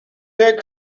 there